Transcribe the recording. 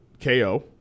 KO